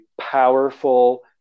powerful